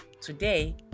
Today